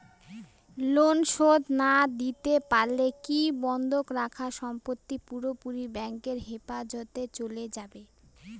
Loan শোধ না দিতে পারলে কি বন্ধক রাখা সম্পত্তি পুরোপুরি ব্যাংকের হেফাজতে চলে যাবে?